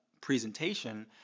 presentation